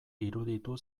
iruditu